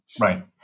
Right